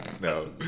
No